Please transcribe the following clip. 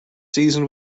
seasoned